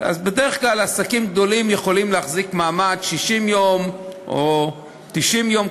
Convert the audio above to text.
בדרך כלל עסקים גדולים יכולים להחזיק מעמד 60 יום או 90 יום.